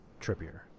Trippier